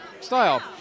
style